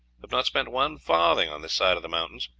have not spent one farthing on this side of the mountains.